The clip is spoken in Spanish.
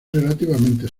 relativamente